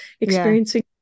experiencing